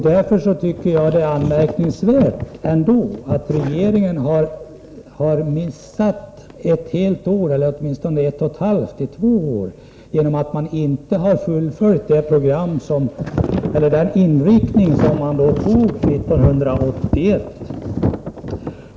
Därför tycker jag att det är anmärkningsvärt att regeringen har missat åtminstone ett och ett halvt eller två år genom att inte följa den inriktning som fastställdes 1981.